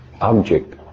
object